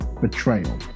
Betrayal